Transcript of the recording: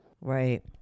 Right